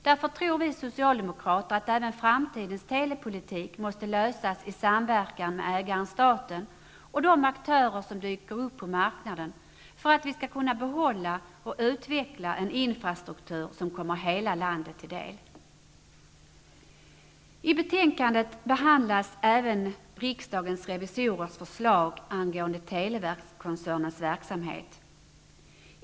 Därför tror vi socialdemokrater att även framtidens telepolitik måste lösas i samverkan med ägaren staten och de aktörer som dyker upp på marknaden för att vi skall kunna behålla och utveckla en infrastruktur som kommer hela landet till del. I betänkandet behandlas även riksdagens revisorers förslag angående televerkskoncernens verksamhet.